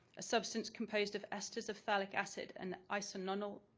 a substance composed of esters of phthalic acid and isononyl